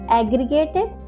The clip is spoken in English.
aggregated